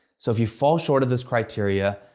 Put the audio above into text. so if you fall short of this criteria,